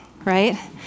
right